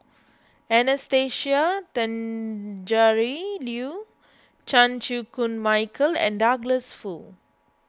Anastasia Tjendri Liew Chan Chew Koon Michael and Douglas Foo